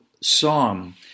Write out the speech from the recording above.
psalm